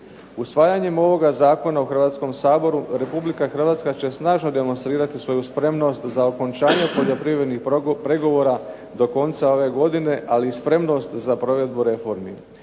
Usvajanjem ovoga Zakona u Hrvatskom saboru Republika Hrvatska će snažno demonstrirati svoju spremnost za okončanje poljoprivrednih pregovora do konca ove godine ali i spremnost za provedbu reformi.